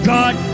God